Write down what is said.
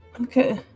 Okay